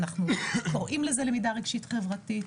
קוראים לזה למידה רגשית-חברתית.